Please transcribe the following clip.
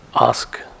ask